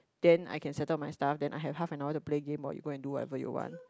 then I can settle my stuff then I have half an hour to play game while you go and do whatever you want